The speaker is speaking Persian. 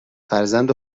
فرزند